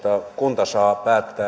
kunta saa päättää